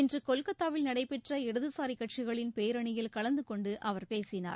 இன்று கொல்கத்தாவில் நடைபெற்ற இடதுசாரிக் கட்சிகளின் பேரனியில் கலந்து கொண்டு அவர் பேசினார்